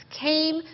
came